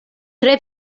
tre